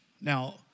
Now